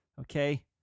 okay